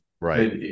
Right